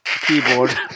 keyboard